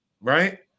right